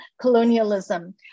Colonialism